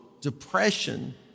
depression